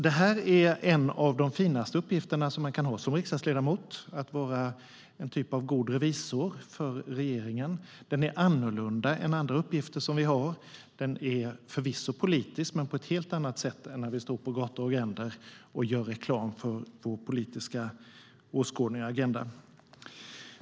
Detta är en av de finaste uppgifter som man kan ha som riksdagsledamot - att vara en typ av god revisor för regeringen. Den är annorlunda än andra uppgifter som vi har. Den är förvisso politisk, men på ett helt annat sätt än när vi står på gator och i gränder och gör reklam för vår politiska åskådning och agenda.